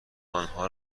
آنها